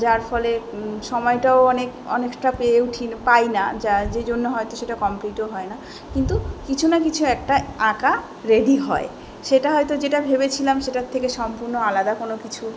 যার ফলে সমায়টাও অনেক অনেকটা পেয়ে উঠি না পাই না যা যে জন্য হয়তো সেটা কমপ্লিটও হয় না কিন্তু কিছু না কিছু একটা আঁকা রেডি হয় সেটা হয়তো যেটা ভেবেছিলাম সেটার থেকে সম্পূর্ণ আলাদা কোনো কিছু